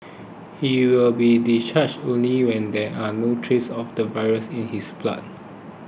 he will be discharged only when there are no traces of the virus in his blood